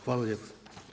Hvala lijepo.